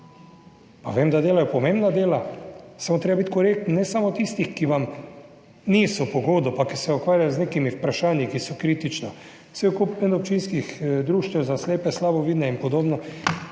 pa vem, da delajo pomembna dela, samo treba je biti korekten, ne samo tistih, ki vam niso po godu, pa ki se ukvarjajo z nekimi vprašanji, ki so kritična, cel kup medobčinskih društev za slepe, slabovidne, in podobno.